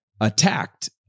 attacked